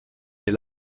est